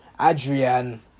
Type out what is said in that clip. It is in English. Adrian